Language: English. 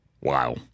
Wow